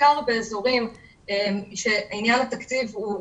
בעיקר באזורים שעניין התקציב הוא חשוב,